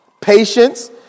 Patience